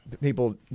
people